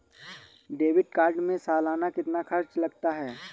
Debit card में सालाना कितना खर्च लगता है?